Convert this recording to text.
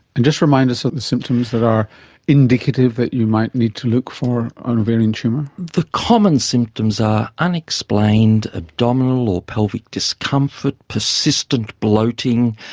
and just remind us of the symptoms that are indicative that you might need to look for an ovarian tumour. the common symptoms are unexplained abdominal or pelvic discomfort, persistent bloating,